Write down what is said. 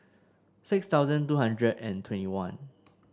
six thousand two hundred and twenty one